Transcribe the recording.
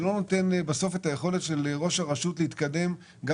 בסוף זה מקשה על ראש הרשות להתקדם גם